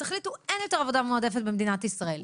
תחליטו שאין יותר עבודה מועדפת במדינת ישראל.